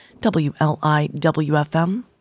WLIWFM